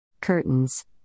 Curtains